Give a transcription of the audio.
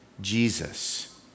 Jesus